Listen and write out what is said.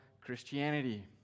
Christianity